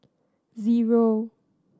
zero